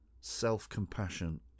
Self-compassion